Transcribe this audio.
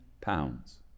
pounds